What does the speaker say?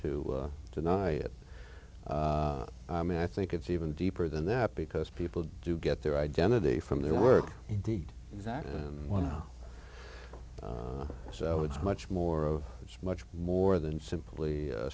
to deny it and i think it's even deeper than that because people do get their identity from their work indeed that is what so it's much more of it's much more than simply a